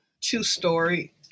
two-story